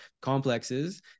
complexes